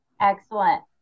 Excellent